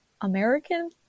American